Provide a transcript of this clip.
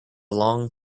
long